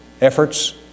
efforts